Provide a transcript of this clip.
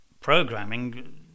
programming